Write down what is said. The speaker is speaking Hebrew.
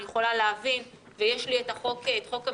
אני יכולה להבין ויש לי את חוק המסגרת,